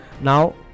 Now